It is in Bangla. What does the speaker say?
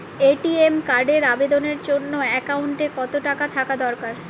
এ.টি.এম কার্ডের আবেদনের জন্য অ্যাকাউন্টে কতো টাকা থাকা দরকার?